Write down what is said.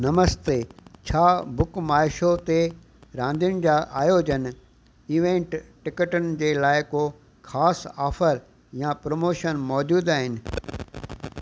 नमस्ते छा बुकमायशो ते रांदियुनि जा आयोजन इवेंट टिकटनि जे लाइ को ख़ासि ऑफर या प्रमोशन मौजूदु आहिनि